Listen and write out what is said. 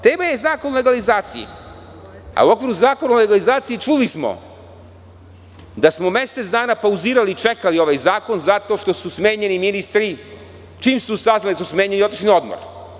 Tema je zakon o legalizaciji, a u okviru zakona o legalizaciji čuli smo da smo mesec dana pauzirali i čekali ovaj zakon zato što su smenjeni ministri i čim su saznali da su smenjeni otišli su na odmor.